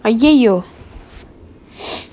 !aiyoyo!